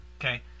okay